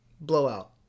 blowout